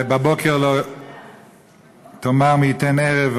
"ובבוקר תאמר מי ייתן ערב,